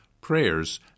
prayers